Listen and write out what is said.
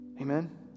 Amen